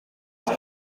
abo